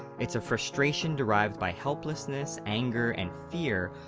it's a frustration derived by helplessness, anger, and fear,